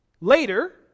later